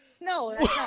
no